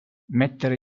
mettere